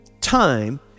time